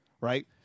right